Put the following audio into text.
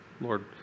Lord